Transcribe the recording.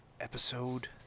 episode